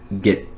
get